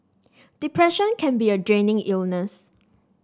depression can be a draining illness